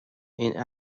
این